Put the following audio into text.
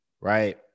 right